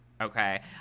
okay